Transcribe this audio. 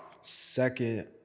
second